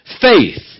faith